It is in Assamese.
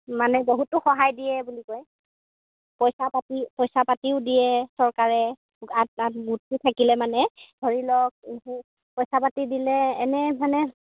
মানে বহুতো সহায় দিয়ে বুলি কয় পইচা পাতি পইচা পাতিও দিয়ে চৰকাৰে আৰু আৰু গোটটো থাকিলে মানে ধৰি লওক এইবোৰ পইচা পাতি দিলে এনেই মানে